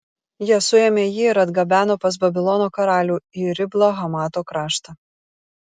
jie suėmė jį ir atgabeno pas babilono karalių į riblą hamato kraštą